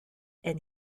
and